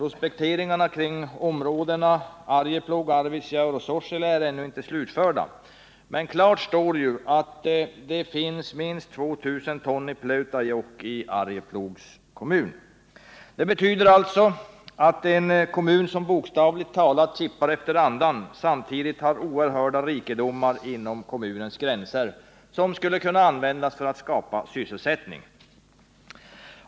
Prospekteringarna kring områdena Arjeplog, Arvidsjaur och Sorsele är ännu inte slutförda. Men klart står att det finns minst 2 000 ton i Pleutajokk i Arjeplogs kommun. Det betyder att en kommun som nu bokstavligt talat kippar efter andan samtidigt har oerhörda rikedomar inom sina gränser vilka skulle kunna användas för att skapa sysselsättning.